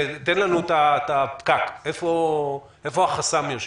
תן לנו את הפקק, איפה החסם יושב?